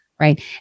right